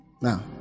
Now